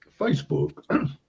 Facebook